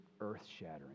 earth-shattering